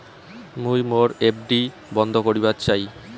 মুই মোর এফ.ডি বন্ধ করিবার চাই